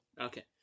Okay